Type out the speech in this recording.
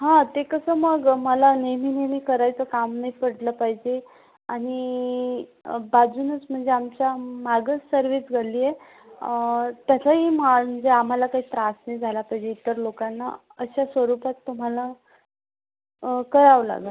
हा ते कसं मग मला नेहमी नेहमी करायचं काम नाही पडलं पाहिजे आणि बाजूनच म्हणजे आमच्या मागच सर्विस घडलीये तसंही म्हणजे आम्हाला काही त्रास नाही झाला पाहिजे इतर लोकांना अशा स्वरूपात तुम्हाला करावं लागन